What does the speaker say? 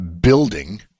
building